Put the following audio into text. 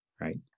Right